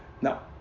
Now